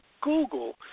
Google